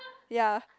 yea